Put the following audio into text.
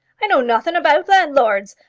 i know nothin' about landlords.